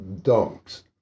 dunks